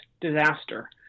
disaster